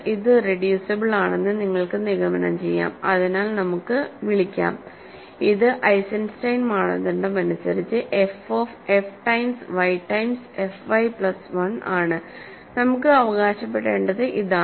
ഇത് ഇറെഡ്യൂസിബിൾ ആണെന്ന് നിങ്ങൾക്ക് നിഗമനം ചെയ്യാം അതിനാൽ നമുക്ക് വിളിക്കാം ഇത് ഐസൻസ്റ്റൈൻ മാനദണ്ഡമനുസരിച്ച് f of f times y times f y plus 1 ആണ് നമുക്ക് അവകാശപ്പെടേണ്ടത് ഇതാണ്